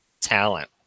talent